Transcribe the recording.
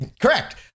Correct